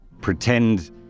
pretend